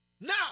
Now